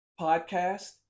podcast